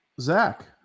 Zach